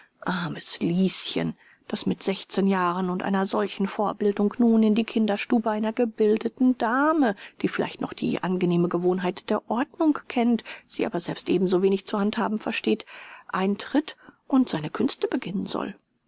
armes lieschen das mit sechszehn jahren und einer solchen vorbildung nun in die kinderstube einer gebildeten dame die vielleicht nur die angenehme gewohnheit der ordnung kennt sie aber selbst ebenso wenig zu handhaben versteht eintritt und seine künste beginnen soll